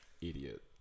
idiot